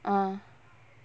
ah